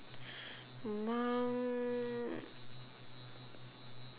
mum